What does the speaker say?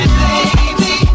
baby